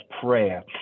prayer